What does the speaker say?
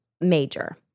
major